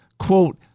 quote